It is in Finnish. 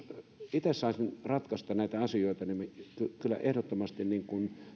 itse saisin ratkaista näitä asioita niin kyllä ehdottomasti